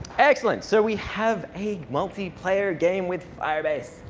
excellent. so we have a multiplayer game with firebase.